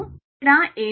తేడా ఏమిటి